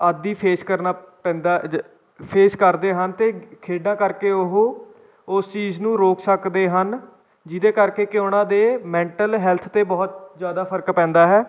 ਆਦਿ ਫੇਸ ਕਰਨਾ ਪੈਂਦਾ ਜ ਫੇਸ ਕਰਦੇ ਹਨ ਅਤੇ ਖੇਡਾਂ ਕਰਕੇ ਉਹ ਉਸ ਚੀਜ਼ ਨੂੰ ਰੋਕ ਸਕਦੇ ਹਨ ਜਿਹਦੇ ਕਰਕੇ ਕਿ ਉਹਨਾਂ ਦੇ ਮੈਂਟਲ ਹੈਲਥ 'ਤੇ ਬਹੁਤ ਜ਼ਿਆਦਾ ਫਰਕ ਪੈਂਦਾ ਹੈ